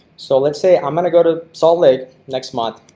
so let's say i'm going to go to salt lake next month.